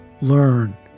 learn